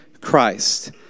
Christ